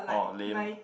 orh lame